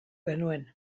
genuen